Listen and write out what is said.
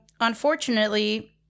unfortunately